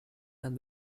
and